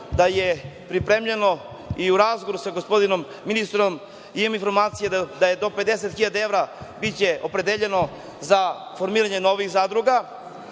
da je pripremljeno i u razgovoru sa gospodinom ministrom imam informacije da će do 50 hiljada evra biti opredeljeno za formiranje novih zadruga,